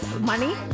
Money